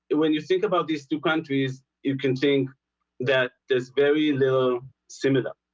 but when you think about these two countries you can think that there's very little similar